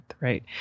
right